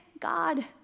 God